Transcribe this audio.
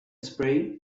spray